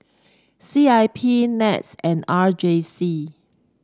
C I P NETS and R J C